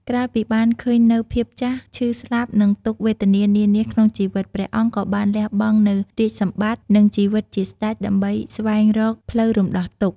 ក្រោយពីបានឃើញនូវភាពចាស់ ឈឺ ស្លាប់ និងទុក្ខវេទនានានាក្នុងជីវិត ព្រះអង្គក៏បានលះបង់នូវរាជសម្បត្តិ និងជីវិតជាស្តេច ដើម្បីស្វែងរកផ្លូវរំដោះទុក្ខ។